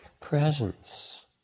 presence